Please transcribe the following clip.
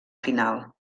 final